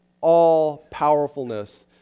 all-powerfulness